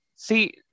See